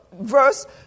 verse